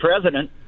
president